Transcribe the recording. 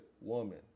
woman